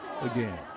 again